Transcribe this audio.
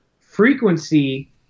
frequency